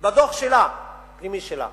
בדוח פנימי שלה,